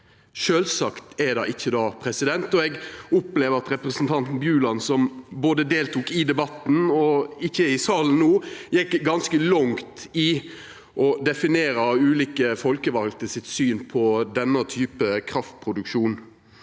Sjølvsagt er det ikkje det. Eg opplever at representanten Bjuland, som deltok i debatten og ikkje er i salen no, gjekk ganske langt i å definera ulike folkevalde sitt syn på denne typen kraftproduksjon.